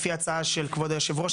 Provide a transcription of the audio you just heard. לפי ההצעה של כבוד יושב הראש,